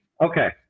okay